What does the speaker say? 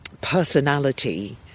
personality